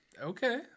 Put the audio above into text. okay